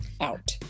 out